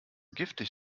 giftig